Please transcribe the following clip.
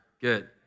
Good